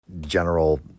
general